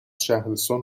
شهرستان